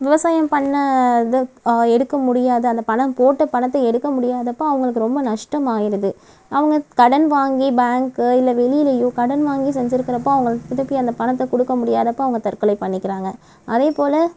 விவசாயம் பண்ண இதை எடுக்க முடியாது அந்த பணம் போட்ட பணத்தை எடுக்க முடியாதப்போ அவங்களுக்கு ரொம்ப நஷ்டம் ஆகிடுது அவங்க கடன் வாங்கி பேங்க் இல்லை வெளியிலேயோ கடன் வாங்கி செஞ்சிருக்கிறப்ப அவங்களுக்கு திருப்பி அந்த பணத்தை திருப்பி கொடுக்க முடியாதப்போ அவங்க தற்கொலை பண்ணிக்கிறாங்க அதேபோல்